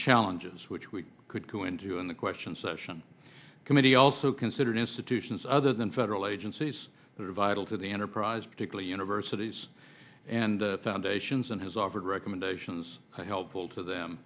challenges which we could go into in the question session committee also considered institutions other than federal agencies vital to the enterprise particularly universities and foundations and has offered recommendations helpful to them